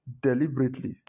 Deliberately